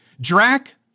Drac